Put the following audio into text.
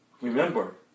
Remember